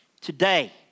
today